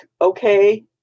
okay